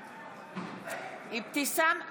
בעד אבתיסאם מראענה,